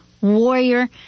warrior